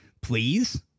please